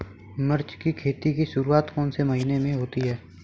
मिर्च की खेती की शुरूआत कौन से महीने में होती है?